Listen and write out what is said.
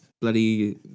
bloody